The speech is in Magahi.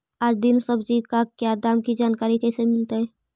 आज दीन सब्जी का क्या दाम की जानकारी कैसे मीलतय?